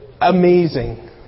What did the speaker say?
amazing